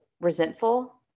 resentful